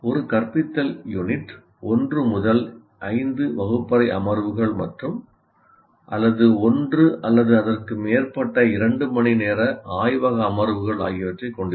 ஒரு கற்பித்தல் யூனிட் 1 முதல் 5 வகுப்பறை அமர்வுகள் மற்றும் அல்லது 1 அல்லது அதற்கு மேற்பட்ட 2 மணி நேர ஆய்வக அமர்வுகள் ஆகியவற்றை கொண்டிருக்கும்